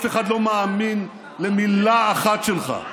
אף אחד לא מאמין למילה אחת שלך.